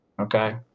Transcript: okay